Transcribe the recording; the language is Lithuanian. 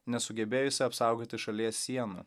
nesugebėjusi apsaugoti šalies sienų